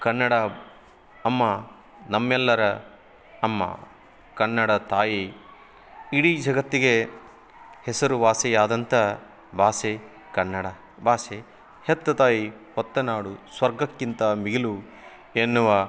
ಕನ್ನಡ ಅಮ್ಮ ನಮ್ಮೆಲ್ಲರ ಅಮ್ಮ ಕನ್ನಡ ತಾಯಿ ಇಡೀ ಜಗತ್ತಿಗೆ ಹೆಸರುವಾಸಿ ಆದಂಥ ಭಾಷೆ ಕನ್ನಡ ಭಾಷೆ ಹೆತ್ತ ತಾಯಿ ಹೊತ್ತ ನಾಡು ಸ್ವರ್ಗಕ್ಕಿಂತ ಮಿಗಿಲು ಎನ್ನುವ